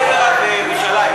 בני-ברק וירושלים,